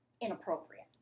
inappropriate